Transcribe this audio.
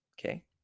okay